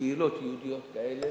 שקהילות יהודיות כאלה